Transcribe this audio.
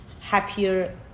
happier